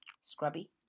scrubby